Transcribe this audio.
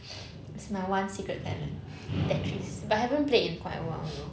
it's my one secret talent Tetris but haven't played in quiet a while though